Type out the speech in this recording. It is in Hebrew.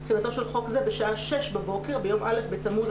תחילתו של חוק זה בשעה 06:00 בבוקר ביום א' בתמוז,